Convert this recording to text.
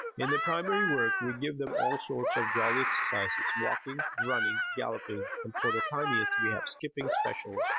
in their primary work we give them all sorts of jolly exercises walking, running, galloping, and for the tiniest we have skipping special,